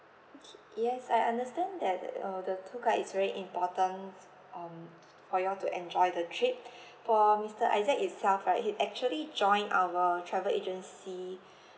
yes I understand that uh the tour guide is very important um for you all to enjoy the trip for mister isaac itself right he actually joined our travel agency